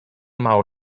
mało